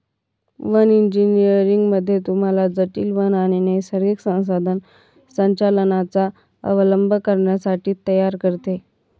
one इंजीनियरिंग मध्ये तुम्हाला जटील वन आणि नैसर्गिक संसाधन संचालनाचा अवलंब करण्यासाठी तयार करते